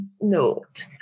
note